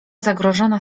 zagrożona